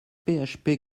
php